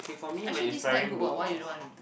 actually this deck good [what] why you don't want